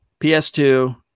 PS2